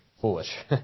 foolish